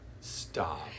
Stop